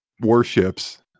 warships